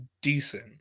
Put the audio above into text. decent